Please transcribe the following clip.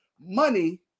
money